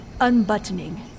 unbuttoning